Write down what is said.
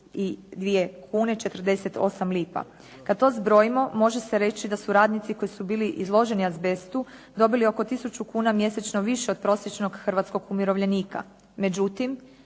Kad to zbrojimo može se reći da su radnici koji su bili izloženi azbestu dobili oko 1000 kuna mjesečno više od prosječnog hrvatskog umirovljenika.